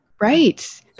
Right